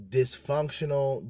dysfunctional